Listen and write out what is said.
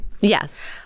Yes